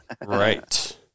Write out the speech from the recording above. Right